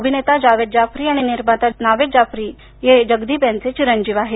अभिनेता जावेद जाफरी आणि निर्माता नावेद जाफरी जगदीप यांचे चिरंजीव आहेत